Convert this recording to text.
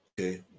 Okay